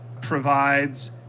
provides